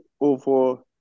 over